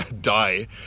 Die